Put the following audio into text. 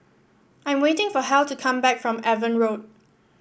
I am waiting for Hal to come back from Avon Road